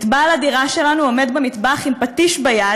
את בעל הדירה שלנו עומד במטבח עם פטיש ביד